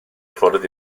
fwrdd